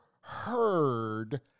heard